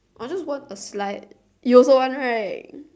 I just want applied you also want right